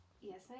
Yes